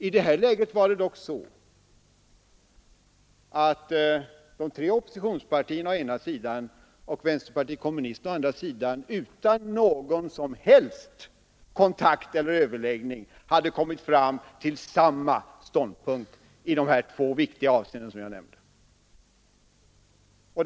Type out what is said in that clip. I detta fall hade dock de tre oppositionspartierna å ena sidan och vänsterpartiet kommunisterna å andra sidan utan någon som helst kontakt eller överläggning kommit fram till samma ståndpunkt i de två viktiga avseenden som jag har nämnt.